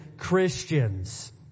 Christians